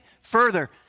further